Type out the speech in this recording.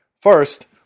First